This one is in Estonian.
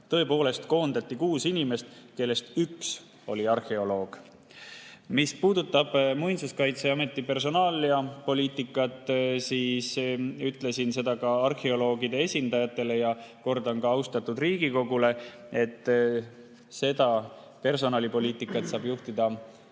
Tõepoolest koondati kuus inimest, kellest üks oli arheoloog. Mis puudutab Muinsuskaitseameti personalipoliitikat, siis ütlesin seda arheoloogide esindajatele ja kordan ka austatud Riigikogule, et personalipoliitikat saab juhtida ametiasutuse